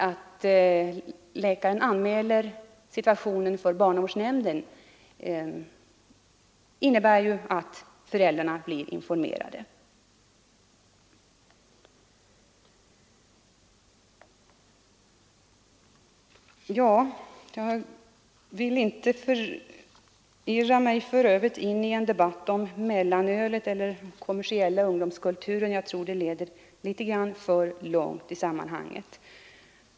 Att läkaren anmäler situationen för barnavårdsnämnden innebär att föräldrarna blir informerade. För övrigt skall jag inte förirra mig in i en debatt om mellanölet eller den kommersialiserade ungdomskulturen, eftersom jag tror det skulle leda litet för långt i sammanhanget.